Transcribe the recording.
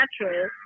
natural